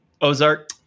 Ozark